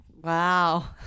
Wow